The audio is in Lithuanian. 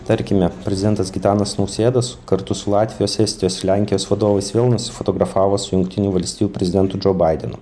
tarkime prezidentas gitanas nausėda s kartu su latvijos estijos ir lenkijos vadovais vėl nusifotografavo su jungtinių valstijų prezidentu džo baidenu